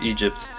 Egypt